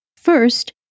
First